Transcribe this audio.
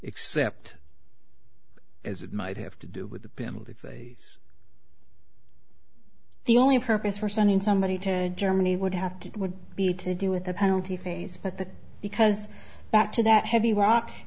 except as it might have to do with the penalty phase the only purpose for sending somebody to germany would have to be to do with a penalty phase but the because back to that heavy rock